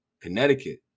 Connecticut